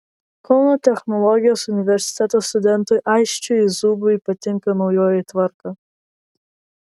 kauno technologijos universiteto studentui aisčiui zubui patinka naujoji tvarka